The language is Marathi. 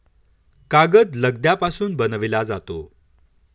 कागद लगद्यापासून बनविला जातो